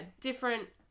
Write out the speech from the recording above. different